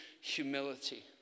Humility